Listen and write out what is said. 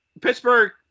Pittsburgh